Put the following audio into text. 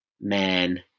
man